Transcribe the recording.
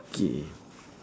okay